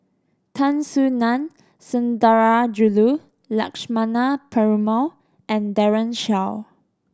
Tan Soo Nan Sundarajulu Lakshmana Perumal and Daren Shiau